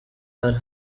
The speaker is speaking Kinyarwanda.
ari